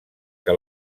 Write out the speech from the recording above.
que